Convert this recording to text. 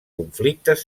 conflictes